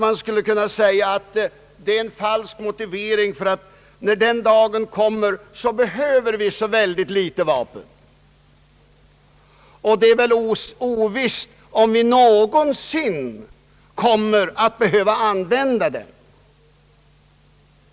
Man skulle kunna säga att det är en falsk motivering därför att vi när den dagen kommer behöver så litet vapen. Det är ovisst om vi någonsin kommer att behöva använda dem.